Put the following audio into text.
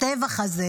הטבח הזה